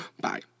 bye